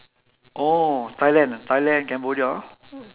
oh thailand ah thailand cambodia ah